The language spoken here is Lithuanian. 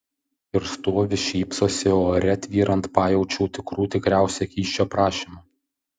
ir stovi šypsosi o ore tvyrant pajaučiau tikrų tikriausią kyšio prašymą